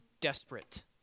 desperate